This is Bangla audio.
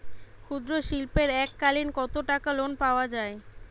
ক্ষুদ্রশিল্পের এককালিন কতটাকা লোন পাওয়া য়ায়?